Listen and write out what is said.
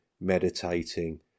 meditating